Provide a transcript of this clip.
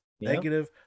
negative